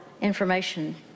information